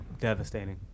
devastating